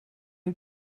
you